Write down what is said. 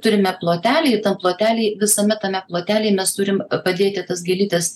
turime plotelį į tą plotelį visame tame plotely mes turim padėti tas gėlytes